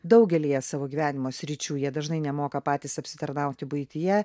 daugelyje savo gyvenimo sričių jie dažnai nemoka patys apsitarnauti buityje